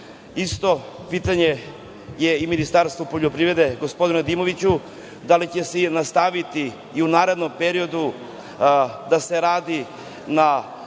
Isto pitanje je i Ministarstvu poljoprivrede, gospodinu Nedimoviću, da li će se nastaviti i u narednom periodu da se radi na